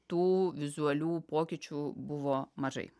tų vizualių pokyčių buvo mažai